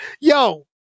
Yo